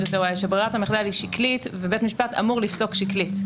יותר ואולי שברירת המחדל היא שקלית ובית משפט אמור לפסוק שקלית.